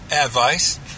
Advice